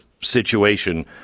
situation